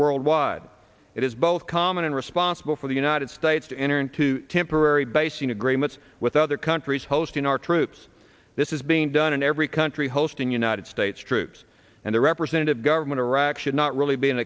worldwide it is both common and responsible for the united states to enter into temporary basing agreements with other countries hosting our troops this is being done in every country hosting united states troops and the representative government of iraq should not really be an